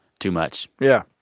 too much yeah,